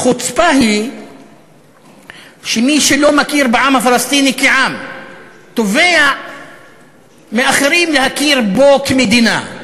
החוצפה היא שמי שלא מכיר בעם הפלסטיני כעם תובע מאחרים להכיר בו כמדינה.